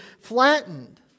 flattened